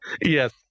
Yes